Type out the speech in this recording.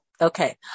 okay